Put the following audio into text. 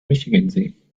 michigansee